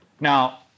Now